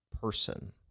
person